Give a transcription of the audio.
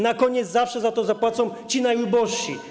Na końcu zawsze za to zapłacą ci najubożsi.